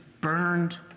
burned